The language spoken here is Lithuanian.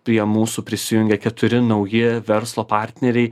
prie mūsų prisijungė keturi nauji verslo partneriai